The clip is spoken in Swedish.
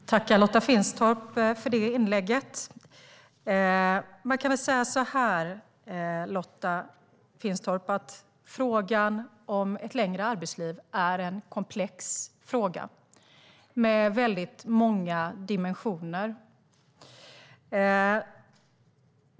Herr talman! Jag tackar Lotta Finstorp för inlägget. Man kan väl säga, Lotta Finstorp, att frågan om ett längre arbetsliv är en komplex fråga med väldigt många dimensioner.